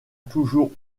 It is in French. toujours